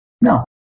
No